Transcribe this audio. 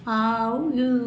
ಅವು ಇವು